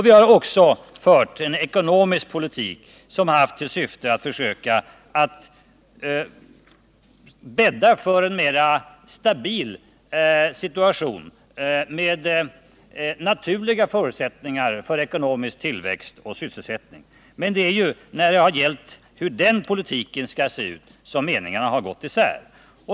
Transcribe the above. Vi har också fört en ekonomisk politik som haft till syfte att försöka bädda för en mera stabil situation med naturliga förutsättningar för ekonomisk tillväxt och sysselsättning. Men det är ju när det har gällt hur den politiken skall se ut som meningarna har gått isär.